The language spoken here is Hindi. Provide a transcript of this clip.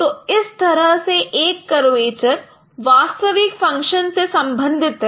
तो इस तरह से एक कर्वेचर वास्तविक फंक्शन से संबंधित है